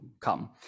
come